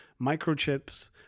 microchips